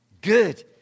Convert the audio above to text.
Good